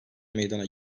meydana